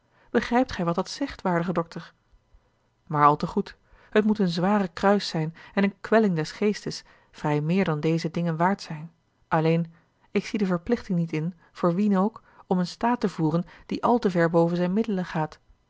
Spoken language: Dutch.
begrijpt gij wat dat zegt waardige dokter maar al te goed het moet een zwaar kruis zijn en eene kwellinge des geestes vrij meer dan deze dingen waard zijn alleen ik zie de verplichting niet in voor wien ook om een staat te voeren die al te ver boven zijne middelen gaat